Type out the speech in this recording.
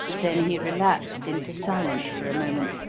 then he relapsed into silence for a moment,